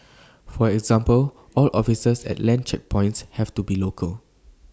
for example all officers at land checkpoints have to be local